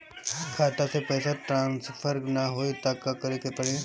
खाता से पैसा टॉसफर ना होई त का करे के पड़ी?